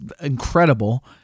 incredible